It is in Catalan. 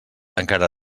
encara